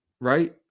Right